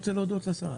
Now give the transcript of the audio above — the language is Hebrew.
להודות לשר.